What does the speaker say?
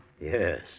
Yes